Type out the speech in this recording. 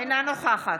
אינה נוכחת